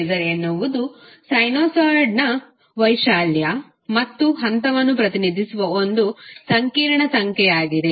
phasor ಎನ್ನುವುದು ಸೈನುಸಾಯ್ಡ್ನ ವೈಶಾಲ್ಯ ಮತ್ತು ಹಂತವನ್ನು ಪ್ರತಿನಿಧಿಸುವ ಒಂದು ಸಂಕೀರ್ಣ ಸಂಖ್ಯೆಯಾಗಿದೆ